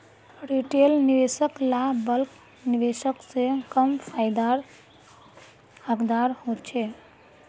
retail निवेशक ला bulk निवेशक से कम फायेदार हकदार होछे